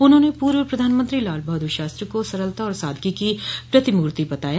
उन्होंने पूर्व प्रधानमंत्री लाल बहादुर शास्त्री को सरलता और सादगी की प्रतिमूर्ति बताया